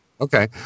Okay